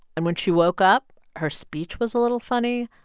and when she woke up, her speech was a little funny.